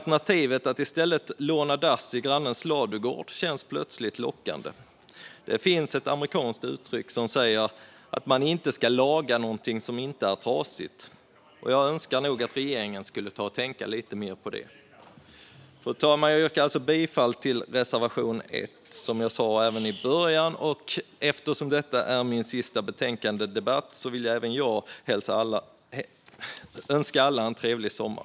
Alternativet att i stället låna dass i grannens ladugård känns plötsligt lockande. Det finns ett amerikanskt uttryck som lyder att man inte ska laga någonting som inte är trasigt. Jag önskar nog att regeringen skulle ta och tänka lite mer på det. Fru talman! Jag yrkar alltså bifall till reservation 1, vilket jag sa även i början. Eftersom detta är min sista betänkandedebatt vill även jag önska alla en trevlig sommar.